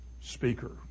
speaker